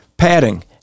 padding